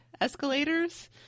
escalators